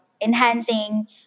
enhancing